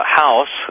house